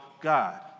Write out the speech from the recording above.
God